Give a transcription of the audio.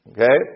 Okay